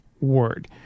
word